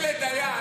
נראה לך שלדיין,